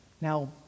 Now